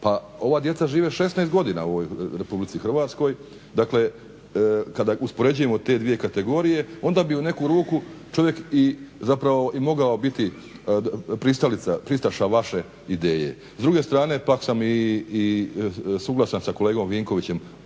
pa ova djeca žive 16 godina u ovoj Republici Hrvatskoj. Dakle, kada uspoređujemo te dvije kategorije onda bi u neku ruku čovjek zapravo i mogao biti pristalica, pristaša vaše ideje. S druge strane pak sam i suglasan sa kolegom Vinkovićem